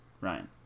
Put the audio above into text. Ryan